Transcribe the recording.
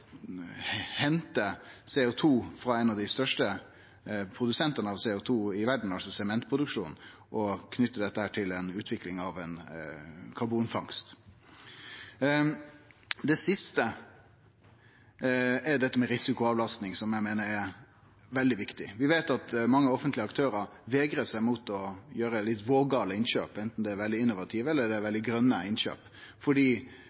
hente CO 2 frå ein av dei største produsentane av CO 2 i verda, altså sementproduksjon, og knyte dette til utvikling av karbonfangst. Det siste er risikoavlasting, som eg meiner er veldig viktig. Vi veit at mange offentlege aktørar vegrar seg mot å gjere litt vågale innkjøp, enten det er veldig innovative eller veldig grøne innkjøp. Dei landar ofte på det som er